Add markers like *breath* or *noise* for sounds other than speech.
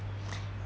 *breath*